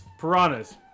Piranhas